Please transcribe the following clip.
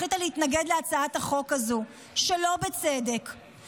החלטתם להתנגד להצעת החוק הזו שלא בצדק,